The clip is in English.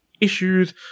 issues